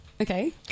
Okay